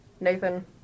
Nathan